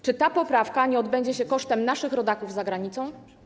Czy ta poprawka nie odbędzie się kosztem naszych rodaków za granicą?